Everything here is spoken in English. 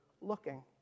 looking